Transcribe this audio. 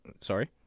sorry